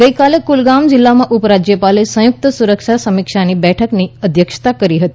ગઈકાલે કુલગામ જિલ્લામાં ઉપરાજ્યપાલે સંયુક્ત સુરક્ષા સમીક્ષા બેઠકની અધ્યક્ષતા કરી હતી